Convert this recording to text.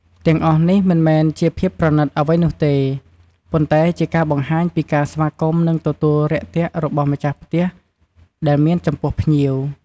ទាំងអស់នេះមិនមែនជាភាពប្រណិតអ្វីនោះទេ ប៉ុន្តែជាការបង្ហាញពីការស្វាគមន៍និងទទួលរាក់ទាក់របស់ម្ចាស់ផ្ទះដែលមានចំពោះភ្ញៀវ។